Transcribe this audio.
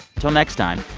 until next time,